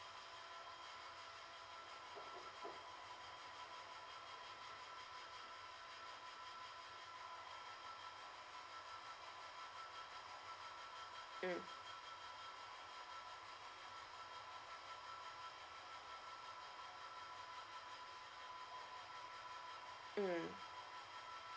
mm mm